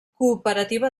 cooperativa